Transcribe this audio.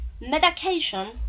medication